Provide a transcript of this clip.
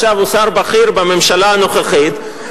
ועכשיו הוא שר בכיר בממשלה הנוכחית,